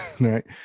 Right